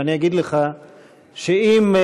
שאני אגיד לך שאם